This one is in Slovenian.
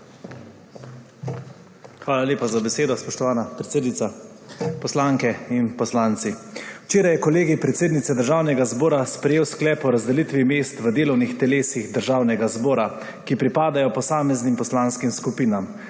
Hvala lepa za besedo, spoštovana predsednica. Poslanke in poslanci! Včeraj je Kolegij predsednice Državnega zbora sprejel sklep o razdelitvi mest v delovnih telesih Državnega zbora, ki pripadajo posameznim poslanskim skupinam.